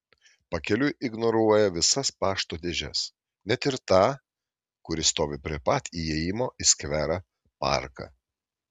pakeliui ignoruoja visas pašto dėžes net ir tą kuri stovi prie pat įėjimo į skverą parką